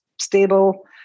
stable